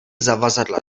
zavazadla